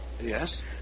Yes